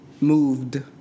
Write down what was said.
Moved